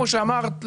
כמו שאמרת,